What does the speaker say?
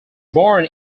born